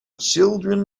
children